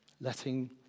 letting